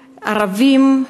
ערבים,